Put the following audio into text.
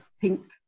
pink